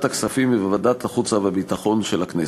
ועדת הכספים וועדת החוץ והביטחון של הכנסת,